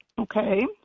Okay